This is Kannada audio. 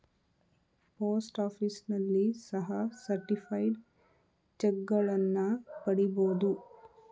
ಪೋಸ್ಟ್ ಆಫೀಸ್ನಲ್ಲಿ ಸಹ ಸರ್ಟಿಫೈಡ್ ಚಕ್ಗಳನ್ನ ಪಡಿಬೋದು